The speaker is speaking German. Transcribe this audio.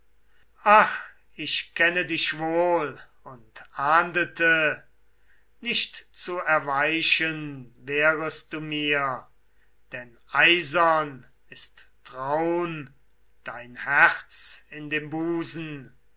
ich kenne dich wohl und ahndete nicht zu erweichen wärest du mir denn eisern ist traun dem herz in dem busen